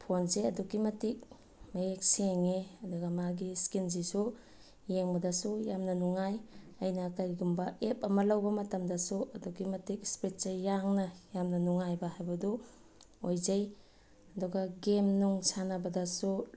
ꯐꯣꯟꯁꯦ ꯑꯗꯨꯛꯀꯤ ꯃꯇꯤꯛ ꯃꯌꯦꯛ ꯁꯦꯡꯉꯤ ꯑꯗꯨꯒ ꯃꯥꯒꯤ ꯏꯁꯀ꯭ꯔꯤꯟꯁꯤꯁꯨ ꯌꯦꯡꯕꯗꯁꯨ ꯌꯥꯝꯅ ꯅꯨꯡꯉꯥꯏ ꯑꯩꯅ ꯀꯩꯒꯨꯝꯕ ꯑꯦꯞ ꯑꯃ ꯂꯧꯕ ꯃꯇꯝꯗꯁꯨ ꯑꯗꯨꯛꯀꯤ ꯃꯇꯤꯛ ꯏꯁꯄꯤꯠꯁꯦ ꯌꯥꯡꯅ ꯌꯥꯝꯅ ꯅꯨꯡꯉꯥꯏꯕ ꯍꯥꯏꯕꯗꯨ ꯑꯣꯏꯖꯩ ꯑꯗꯨꯒ ꯒꯦꯝꯅꯨꯡ ꯁꯥꯟꯅꯕꯗꯁꯨ